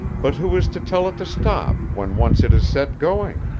but who is to tell it to stop when once it is set going?